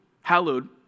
Hallowed